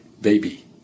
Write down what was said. baby